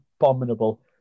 abominable